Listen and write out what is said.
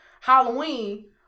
Halloween